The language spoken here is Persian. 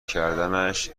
کردنش